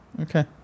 okay